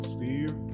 Steve